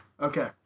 Okay